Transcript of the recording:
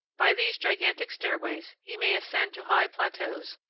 by these gigantic stairways he may ascend to high plateaus,